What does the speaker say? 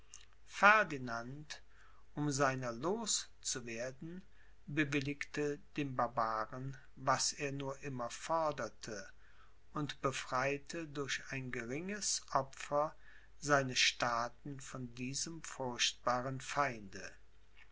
um seiner los zu werden bewilligte dem barbaren was er nur immer forderte und befreite durch ein geringes opfer seine staaten von diesem furchtbaren feinde